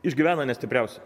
išgyvena ne stipriausi